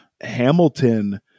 Hamilton